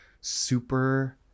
super